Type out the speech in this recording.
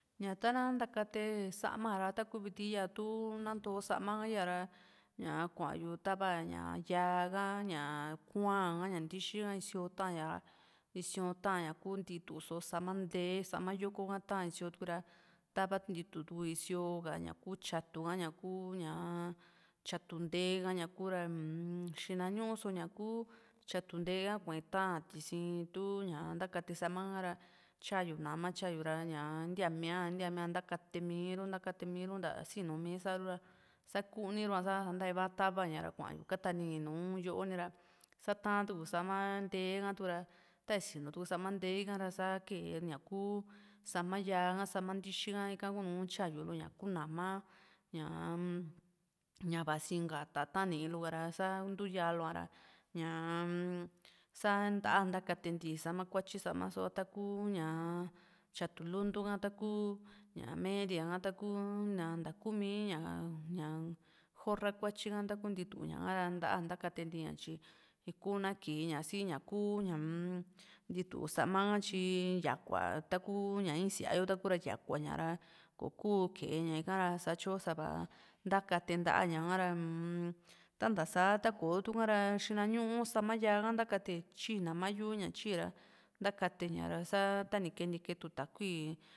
Ñaa tana takate saama ra taku viti yo'otu tantoo sama iyo ra ñaa kuaayu tava ñaa yia'aka yaa kua'aka yaa ntixio tixiyu taiara, tixiun taaiya tukuu ntii tuku su sama nte'e, saama yukaka ta ixiyo tuku ra tavantitu tukui si'io kaña kuu chiatuka ñaa kuu ña'a chiatu te'eka ra yakura un xina ñu'u su yakuu chitu nte'eka kuaña ta'a kisi tu ñaa takatia saama ra chiayu na'ama chiayu ra ñaa tiamia, tiamia takatie miru, takatie miru ta xi'inu mii sarua kaniva tava tavaya ra kuayu kani nu'uyu kuini ra, saa taja tuku saama te'eka tukura tanixinu tuku saama nte'eka ra saa keje ña'a kuu sama yia'aka, saama tixika ika ku nuu chiayu ña'a kuu na'ama xian ya vasi inka ta'ata niiloka ra saa tuxia'a looa ra, ñaan santa'a takatia ti'i saama kuachi saama suva, takuñaa xiatu luntuka takuu meriaka takuu naa takumii ña'a-ñaan jorra kuachika tukuntii tuku ñaa ika ra ta'a takatia ntiiya chi iku naa keje ñaa sii yaku ñaa unm tiu'u samaka chin xiakua taku ñia'a i'i xia'ayo takura xiakuxa ra koo ku'u kejeya ikara sachi osava takatia nta'a ñakara unm tanasa tako'otu kara xina ñu'uu sama xiaaka takatia chi'i naama yuya chi'i ra takatie ra saa taa nike, nike tu takui.